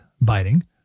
biting